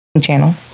channel